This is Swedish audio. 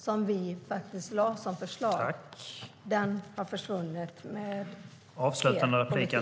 Det var det vi lade fram förslag om, och det har försvunnit med er politik.